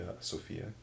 Sophia